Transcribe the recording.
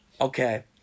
Okay